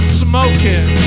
smoking